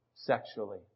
Sexually